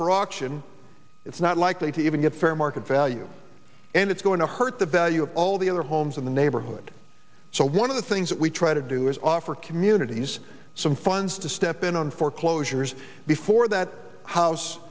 auction it's not likely to even get fair market value and it's going to hurt the value of all the other homes in the neighborhood so one of the things that we try to do is offer communities some funds to step in on foreclosures before that house